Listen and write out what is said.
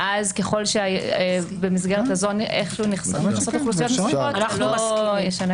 ואז ככל שבמסגרת הזאת איכשהו נכנסות אוכלוסיות נוספות זה לא ישנה.